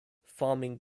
farming